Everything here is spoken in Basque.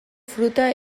fruta